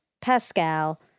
Pascal